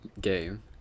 game